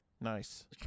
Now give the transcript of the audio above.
Nice